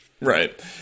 Right